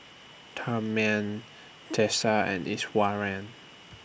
Tharman Teesta and Iswaran